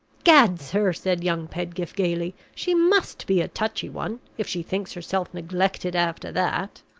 gad, sir! said young pedgift, gayly, she must be a touchy one if she thinks herself neglected after that!